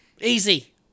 Easy